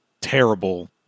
terrible